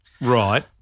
Right